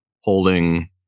holding